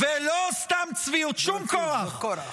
-- שום כורח.